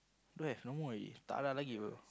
don't have no more already tak ada lagi bro